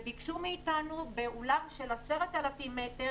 וביקשו מאיתנו באולם של 10,000 מ"ר,